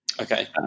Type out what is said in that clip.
Okay